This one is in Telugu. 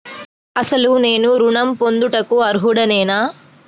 అసలు నేను ఋణం పొందుటకు అర్హుడనేన?